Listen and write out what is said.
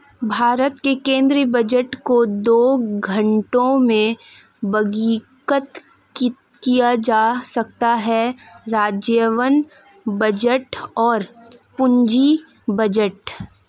भारत के केंद्रीय बजट को दो घटकों में वर्गीकृत किया जा सकता है राजस्व बजट और पूंजी बजट